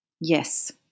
Yes